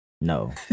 No